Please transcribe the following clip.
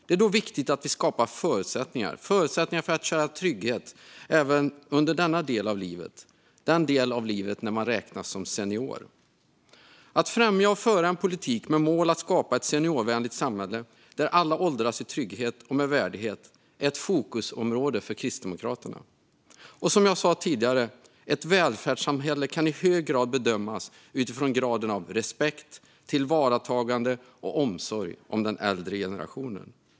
Då är det viktigt att vi skapar förutsättningar för att man ska kunna känna trygghet även under den del av livet när man räknas som senior. Att främja och föra en politik med målet att skapa ett seniorvänligt samhälle där alla kan åldras i trygghet och med värdighet är ett fokusområde för Kristdemokraterna. Som jag sa tidigare: Ett välfärdssamhälle kan i hög grad bedömas utifrån graden av respekt, tillvaratagande och omsorg om den äldre generationen.